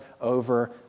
over